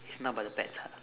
it's not about the pets ah